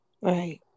Right